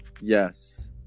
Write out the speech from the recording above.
Yes